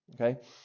Okay